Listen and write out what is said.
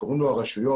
שקוראים לו הרשויות,